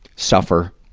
suffer